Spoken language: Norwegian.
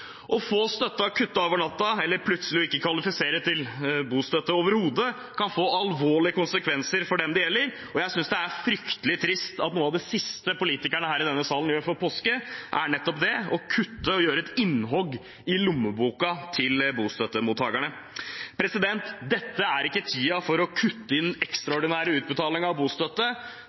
Å få støtten kuttet over natten, eller plutselig ikke være kvalifisert til bostøtte overhodet, kan få alvorlige konsekvenser for dem det gjelder. Jeg synes det er fryktelig trist at noe av det siste politikerne gjør her i denne salen før påske, er nettopp det: å kutte og gjøre et innhogg i lommeboka til bostøttemottagerne. Dette er ikke tiden for å kutte i den ekstraordinære utbetalingen av bostøtte.